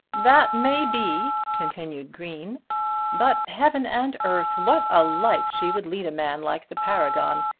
that may be, continued green but, heaven and earth! what a life she would lead a man like the paragon!